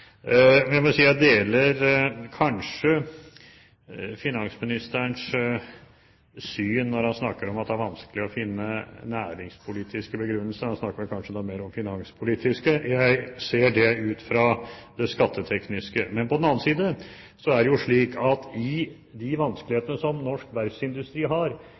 Jeg deler kanskje finansministerens syn når han snakker om at det er vanskelig å finne næringspolitiske begrunnelser – han snakker da kanskje mer om finanspolitiske. Jeg ser det ut fra det skattetekniske. På den annen side er det slik at med de vanskelighetene som norsk verftsindustri har, vil man ofte skyve på kontrakter. Det har med verftenes situasjon å gjøre, og det har